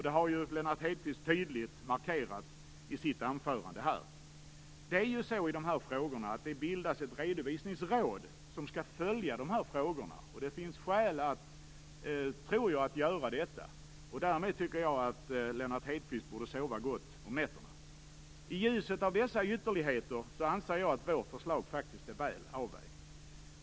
Det har Lennart Hedquist tydligt markerat i sitt anförande. Det skall bildas ett redovisningsråd som skall följa dessa frågor. Jag tror det finns skäl att göra detta. Därmed borde Lennart Hedquist sova gott om nätterna. I ljuset av dessa ytterligheter anser jag att vårt förslag är väl avvägt.